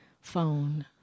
phone